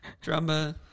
Drummer